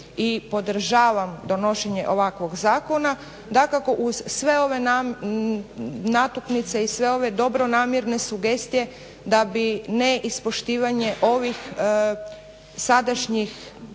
i podržavam donošenje ovakvog zakona, dakako uz sve natuknice i sve ove dobronamjerne sugestije da bi neispoštivanje ovih sadašnjih